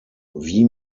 wie